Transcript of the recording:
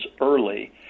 early